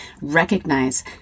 recognize